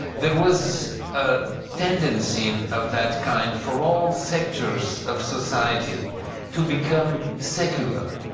there was a tendency and of that kind for all sectors of society to become secular,